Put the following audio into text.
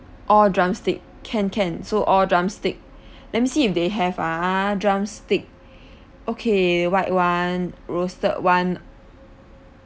all drumstick can can so all drumstick let me see if they have ah drumstick okay white one roasted one